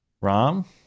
rom